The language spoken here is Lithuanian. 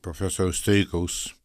profesoriaus streikaus